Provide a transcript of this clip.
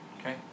okay